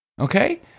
okay